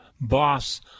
boss